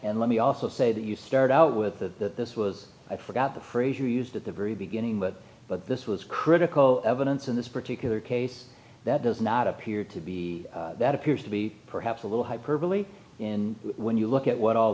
and let me also say that you start out with the this was i forgot the phrase you used at the very beginning but but this was critical evidence in this particular case that does not appear to be that appears to be perhaps a little hyperbole in when you look at what all